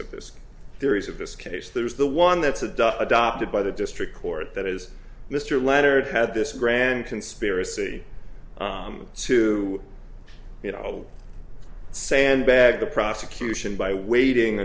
of this series of this case there's the one that's a duck adopted by the district court that is mr leonard had this grand conspiracy to you know sandbag the prosecution by waiting